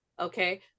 Okay